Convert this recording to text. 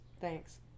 Thanks